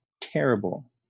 Terrible